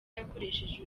yakoresheje